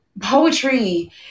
poetry